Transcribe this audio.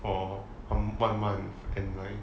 for um one month and like